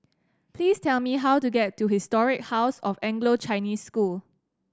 please tell me how to get to Historic House of Anglo Chinese School